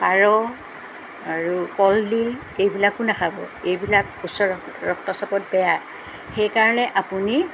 পাৰ আৰু কলডিল এইবিলাকো নাখাব এইবিলাক উচ্চ ৰক্তচাপত বেয়া সেইকাৰণে আপুনি